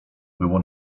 było